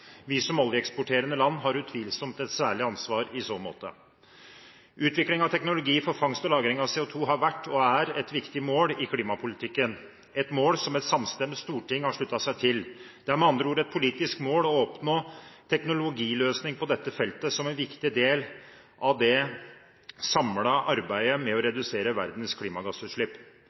Vi som oljeeksporterende land har utvilsomt et særlig ansvar i så måte. Utvikling av teknologi for fangst og lagring av CO2 har vært og er et viktig mål i klimapolitikken – et mål som et samstemt storting har sluttet seg til. Det er med andre ord et politisk mål å oppnå teknologiløsning på dette feltet som en viktig del av det samlede arbeidet med å redusere verdens klimagassutslipp.